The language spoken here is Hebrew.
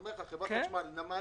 בחברת החשמל, בנמל